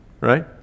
right